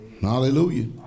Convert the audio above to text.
Hallelujah